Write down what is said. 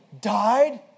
died